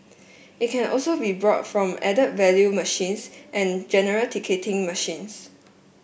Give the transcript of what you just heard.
it can also be brought from add value machines and general ticketing machines